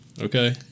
Okay